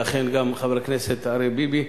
ואכן גם חבר הכנסת אריה ביבי.